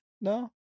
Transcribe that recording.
No